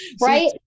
right